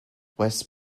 west